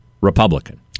Republican